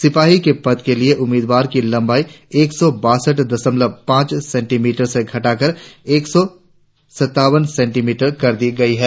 सिपाही के पदों के उम्मीदवारों की लंबाई एक सौ बासठ दशमलव पांच सेंटीमीटर से घटाकर एक सौ सत्तावन सेंटीमीटर कर दी गई है